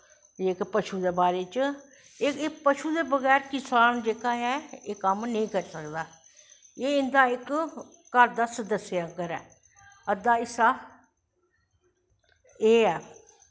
एह् जेह्का पशू दे बारे च ओह् पशु दे बगैर किसान जेह्का ऐ एह् कम्म जेह्का नेंई करी सकदा एह् इंदा इक घर दे सदस्य आंगर ऐ अध्दा हिस्सा एह् ऐ